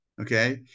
Okay